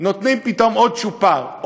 נותנים פתאום עוד צ'ופר,